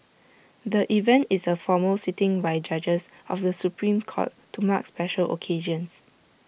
the event is A formal sitting by judges of the Supreme court to mark special occasions